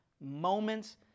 Moments